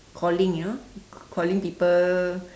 calling you know calling people